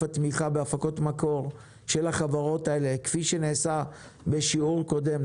התמיכה בהפקות מקור של החברות האלה כפי שנעשה בשיעור קודם,